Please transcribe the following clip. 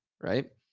right